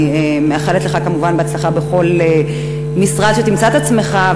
אני כמובן מאחלת לך הצלחה בכל משרד שתמצא את עצמך,